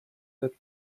that